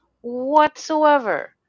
whatsoever